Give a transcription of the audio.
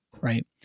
right